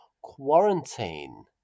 quarantine